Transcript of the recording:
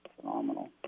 phenomenal